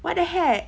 what the heck